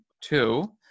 two